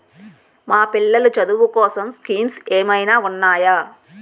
మా పిల్లలు చదువు కోసం స్కీమ్స్ ఏమైనా ఉన్నాయా?